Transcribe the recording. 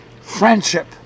friendship